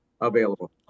available